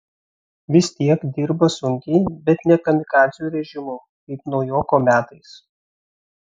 vis tiek dirba sunkiai bet ne kamikadzių režimu kaip naujoko metais